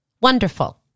Wonderful